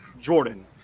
Jordan